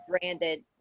branded